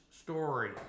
story